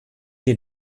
den